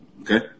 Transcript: Okay